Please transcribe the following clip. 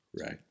Right